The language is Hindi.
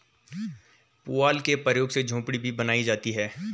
पुआल के प्रयोग से झोपड़ी भी बनाई जाती है